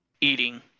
eating